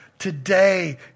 Today